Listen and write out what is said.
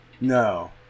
No